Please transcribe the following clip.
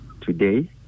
today